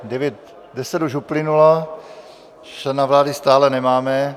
Máme devět... deset už uplynulo, člena vlády stále nemáme.